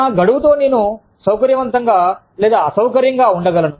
నా గడువుతో నేను సౌకర్యవంతంగా లేదా అసౌకర్యంగా ఉండగలను